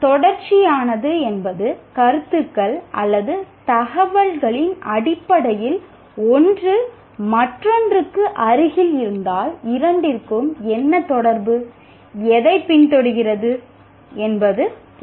தொடர்ச்சியானது என்பது கருத்துக்கள் அல்லது தகவல்களின் அடிப்படையில் ஒன்று மற்றொன்றுக்கு அருகில் இருந்தால் இரண்டிற்கும் என்ன தொடர்பு எதைப் பின்தொடர்கிறது என்பது பொருள்